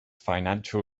financial